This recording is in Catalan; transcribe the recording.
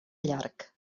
llarg